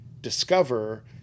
discover